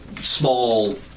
small